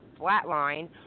Flatline